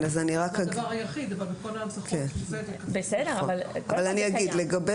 זה הדבר היחיד --- בסדר, אבל קודם כל זה קיים.